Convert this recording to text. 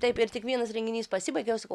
taip ir tik vienas renginys pasibaigė jau sakau